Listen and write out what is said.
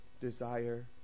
desire